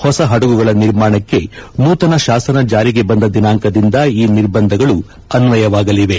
ಹೊಸ ಹಡಗುಗಳ ನಿರ್ಮಾಣಕ್ಕೆ ನೂತನ ಶಾಸನ ಜಾರಿಗೆ ಬಂದ ದಿನಾಂಕದಿಂದ ಈ ನಿರ್ಬಂಧಗಳು ಅನ್ವಯವಾಗಲಿವೆ